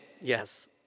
Yes